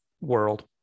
world